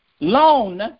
Loan